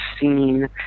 seen